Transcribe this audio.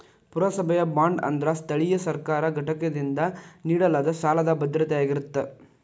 ಪುರಸಭೆಯ ಬಾಂಡ್ ಅಂದ್ರ ಸ್ಥಳೇಯ ಸರ್ಕಾರಿ ಘಟಕದಿಂದ ನೇಡಲಾದ ಸಾಲದ್ ಭದ್ರತೆಯಾಗಿರತ್ತ